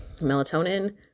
melatonin